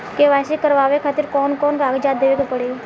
KYC करवावे खातिर कौन कौन कागजात देवे के पड़ी?